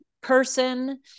person